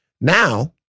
Now